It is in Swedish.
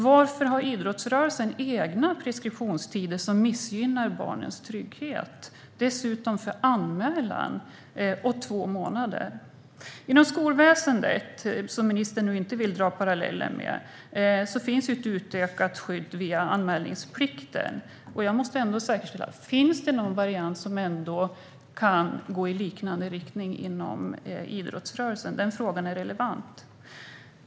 Varför har idrottsrörelsen egna preskriptionstider som missgynnar barnens trygghet, dessutom för anmälan och två månader? Inom skolväsendet, som ministern inte vill dra paralleller till, finns ett utökat skydd via anmälningsplikten. Jag måste fastställa: Finns det någon variant som kan gå i liknande riktning inom idrottsrörelsen? Den frågan är relevant.